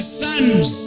sons